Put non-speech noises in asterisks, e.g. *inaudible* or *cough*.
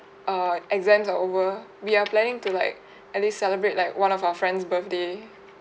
err exams are over we are planning to like *breath* at least celebrate like one of our friend's birthday